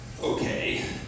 Okay